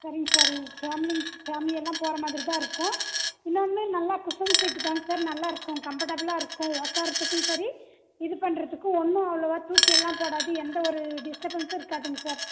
சரிங்க சார் உங்கள் ஃபேமிலி ஃபேமிலியெல்லாம் போகிறமாதிரி தான் இருக்கும் இன்னொன்று நல்லா குஷன் ஷீட்தாங்க சார் நல்லாயிருக்கும் கம்ஃபர்டபுளாக இருக்கும் உக்கார்றத்துக்கும் சரி இது பண்ணுறத்துக்கும் ஒன்றும் அவ்வளவா தூக்கியெல்லாம் போடாது எந்த ஒரு டிஸ்டபென்ஸும் இருக்காதுங்க சார்